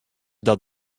dat